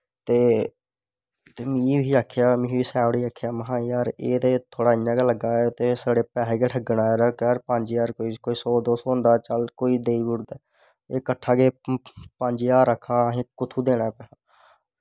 ते मिगी बी आक्खेआ महां एह् ते जार थोह्ड़ा इयां गै लग्गा दा ते साढ़े पैसे गै ठग्गन आए दा ऐ पंज हज़ार कोई सौ दो सौ होंदा चल कोई देई ओड़दा एह् कट्ठा गै पंज हज़ार आक्खा दा असें कुत्थूं देना